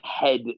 head